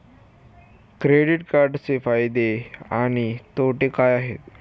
Credit कार्डचे फायदे आणि तोटे काय आहेत?